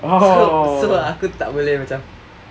oh